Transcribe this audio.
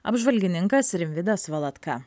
apžvalgininkas rimvydas valatka